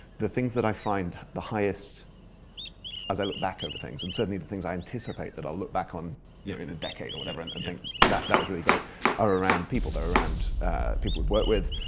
the things that i find the highest as i look back over things and certainly the things i anticipate that i'll look back on you know in a decade or whatever and think that that was really great are around people. they're around people i work with,